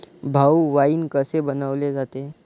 भाऊ, वाइन कसे बनवले जाते?